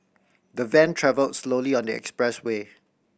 the van travelled slowly on the expressway